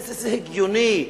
זה הגיוני?